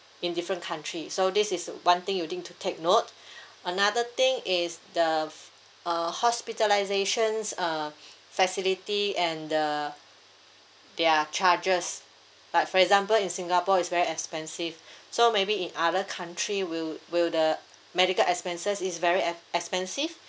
in different country so this is one thing you need to take note another thing is the f~ uh hospitalisations uh facility and the their charges but for example in singapore it's very expensive so maybe in other country will will the medical expenses is very uh expensive